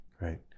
Right